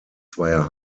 zweier